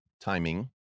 timing